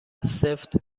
سفت